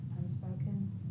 Unspoken